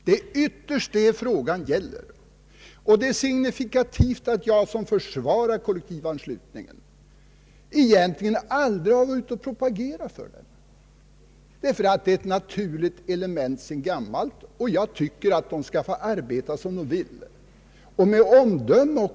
Det är ytterst den saken frågan gäller, och det är signifikativt att jag som försvarar kollektivanslutningen egentligen aldrig varit ute och propagerat för den. Den är nämligen ett naturligt element sedan gammalt. Jag tycker fackföreningarna skall få arbeta som de vill, med omdöme.